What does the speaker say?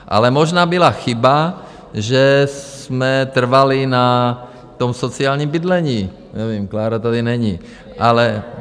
Ale možná byla chyba, že jsme trvali na tom sociálním bydlení, nevím, Klára tady není, ale...